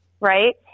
right